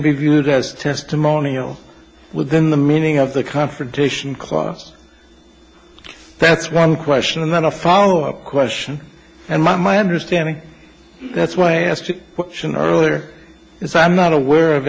be viewed as testimonial within the meaning of the confrontation clause that's one question and then a follow up question and my my understanding that's why i asked a question earlier is i'm not aware of